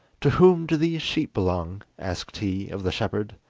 to whom do these sheep belong asked he of the shepherd.